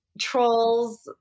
trolls